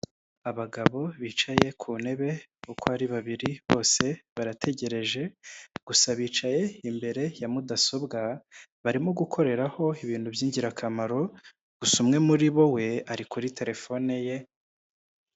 Abagabo bicaye ku ntebe uko ari babiri bose barategereje gusa bicaye imbere ya mudasobwa barimo gukoreraho ibintu by'ingirakamaro, gusa umwe muri bo we ari kuri terefone ye.